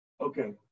Okay